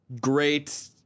great